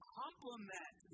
complement